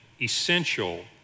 essential